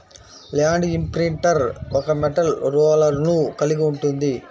land imprinter ఒక metal రోలర్ను కలిగి ఉంటుంది